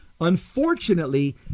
unfortunately